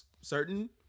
certain